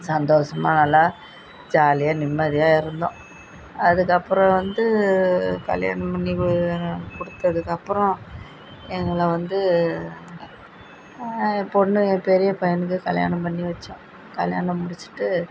சந்தோஷமா நல்லா ஜாலியாக நிம்மதியாக இருந்தோம் அதுக்கப்புறம் வந்து கல்யாணம் பண்ணி கு கொடுத்ததுக்கு அப்புறம் எங்களை வந்து என் பொண்ணு என் பெரிய பையனுக்கு கல்யாணம் பண்ணி வைச்சோம் கல்யாணம் முடிச்சுட்டு